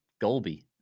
golby